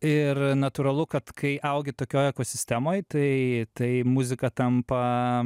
ir natūralu kad kai augi tokioj ekosistemoj tai tai muzika tampa